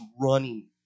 running